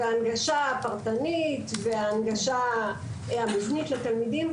הנגשה פרטנית והנגשה מבנית לתלמידים,